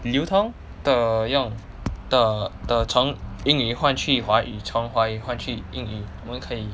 流通地用地地从英语换去华语从华语换去英语我们可以